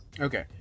Okay